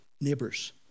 neighbors